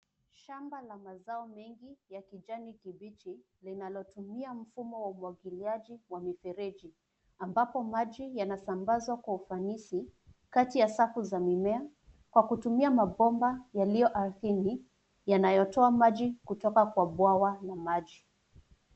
Shamba la mazao mengi ya kijani kibichi. Linalotumia mfumo wa umwagiliaji wa mifereji. Ambapo maji yanasambazwa kwa ufanisi kati ya safu za mimea. Kwa kutumia mabomba yaliyo ardhini, yanayotoa maji kutoka kwa bwawa la maji.